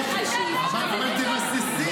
בתקשורת, אתה לא רוצה תקשורת חופשית.